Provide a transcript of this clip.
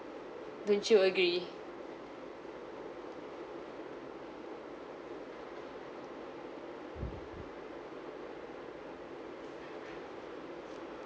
don't you agree